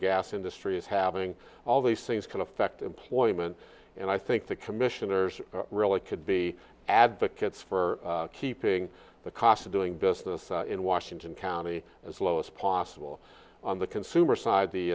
gas industry is having all these things can affect employment and i think the commissioners really could be advocates for keeping the cost of doing business in washington county as low as possible on the consumer side the